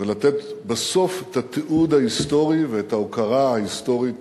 ולתת בסוף את התיעוד ההיסטורי ואת ההוקרה ההיסטורית